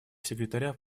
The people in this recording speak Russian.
секретаря